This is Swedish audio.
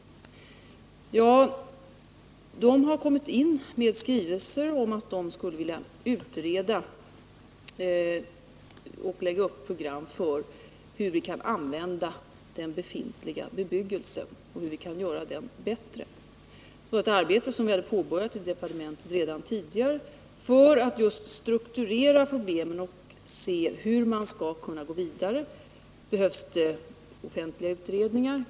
Generaldirektörerna har kommit in med skrivelser om att de skulle vilja utreda och lägga upp program för hur vi kan använda den befintliga bebyggelsen och hur vi kan göra den bättre. Det var ett arbete som vi hade påbörjat i departementet redan tidigare för att just strukturera problemen och se om man skall kunna gå vidare. Behövs det offentliga utredningar?